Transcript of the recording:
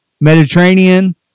Mediterranean